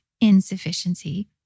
insufficiency